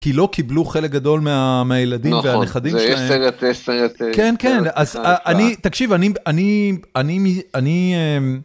כי לא קיבלו חלק גדול מהילדים והנכדים שלהם. זה סרט, סרט. כן, כן. אז תקשיב, אני...